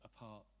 apart